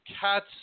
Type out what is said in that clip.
cats